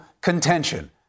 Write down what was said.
contention